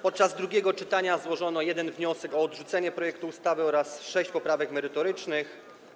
Podczas drugiego czytania złożono jeden wniosek, o odrzucenie projektu ustawy, oraz sześć poprawek merytorycznych.